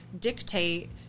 dictate